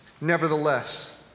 nevertheless